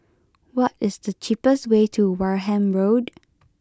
what is the cheapest way to Wareham Road